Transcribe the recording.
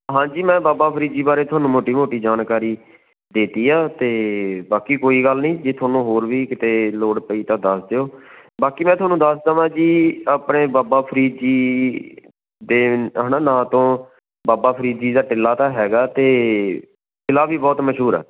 ਹਾਂਜੀ ਮੈਂ ਬਾਬਾ ਫ਼ਰੀਦ ਜੀ ਬਾਰੇ ਤੁਹਾਨੂੰ ਮੋਟੀ ਮੋਟੀ ਜਾਣਕਾਰੀ ਦੇਤੀ ਹੈ ਅਤੇ ਬਾਕੀ ਕੋਈ ਗੱਲ ਨਹੀਂ ਜੇ ਤੁਹਾਨੂੰ ਹੋਰ ਵੀ ਕਿਤੇ ਲੋੜ ਪਈ ਤਾਂ ਦੱਸ ਦਿਓ ਬਾਕੀ ਮੈਂ ਤੁਹਾਨੂੰ ਦੱਸ ਦਵਾਂ ਜੀ ਆਪਣੇ ਬਾਬਾ ਫ਼ਰੀਦ ਦੇ ਹੈ ਨਾ ਨਾਂ ਤੋਂ ਬਾਬਾ ਫ਼ਰੀਦ ਜੀ ਦਾ ਟਿੱਲਾ ਤਾਂ ਹੈਗਾ ਅਤੇ ਟਿੱਲਾ ਵੀ ਬਹੁਤ ਮਸ਼ਹੂਰ ਹੈ